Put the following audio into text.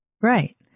Right